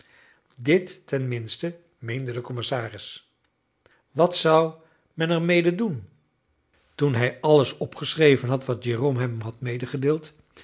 dit ten minste meende de commissaris wat zou men er mede doen toen hij alles opgeschreven had wat jérôme hem had